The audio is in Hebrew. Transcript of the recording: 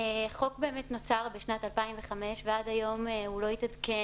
החוק נוצר בשנת 2005 ועד היום הוא לא התעדכן,